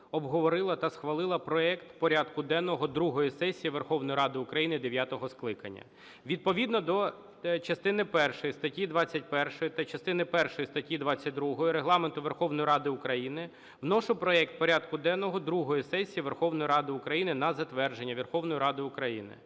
обговорила та схвалила проект порядку денного другої сесії Верховної Ради України дев'ятого скликання. Відповідно до частини першої статті 21 та частини першої статті 22 Регламенту Верховної Ради України вношу проект порядку денного другої сесії Верховної Ради України на затвердження Верховною Радою України.